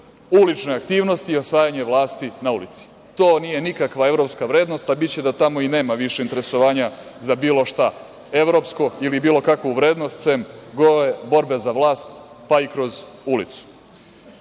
ulične aktivnosti i osvajanje vlasti na ulici. To nije nikakva evropska vrednost, a biće da tamo i nema više interesovanja za bilo šta evropsko ili bilo kakvu vrednost sem borbe za vlast, pa i za ulicu.